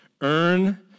earn